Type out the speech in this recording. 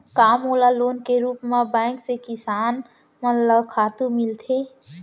का लोन के रूप मा बैंक से किसान मन ला खातू मिलथे?